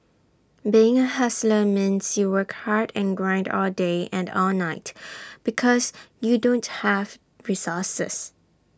being A hustler means you work hard and grind all day and all night because you don't have resources